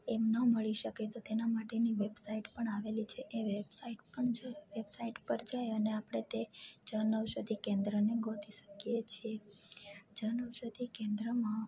એમ ન મળી શકે તો તેના માટેની વેબસાઈટ પણ આવેલી છે એ વેબસાઈટ પર જઈ અને આપણે તે જન ઔષધિ કેન્દ્રને ગોતી શકીએ છીએ જન ઔષધિ કેન્દ્રમાં